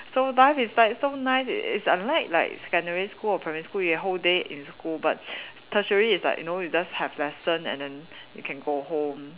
so life is like so nice it's it's unlike like secondary school or primary school the whole day in school but tertiary is like you know you just have lesson and then you can go home